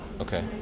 Okay